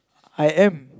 I am